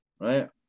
right